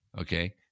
Okay